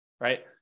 right